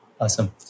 Awesome